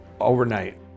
overnight